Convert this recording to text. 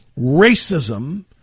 racism